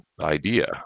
idea